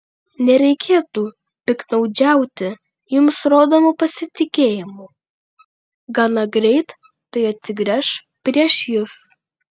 nereikėtų piktnaudžiauti jums rodomu pasitikėjimu gana greit tai atsigręš prieš jus